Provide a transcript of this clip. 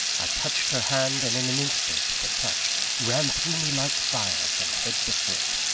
i touched her hand, and in an instant the touch ran through me like fire, from head to foot.